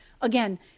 Again